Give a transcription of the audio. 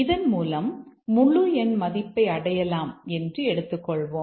இதன் மூலம் முழு எண் மதிப்பை அடையலாம் என்று எடுத்துக்கொள்வோம்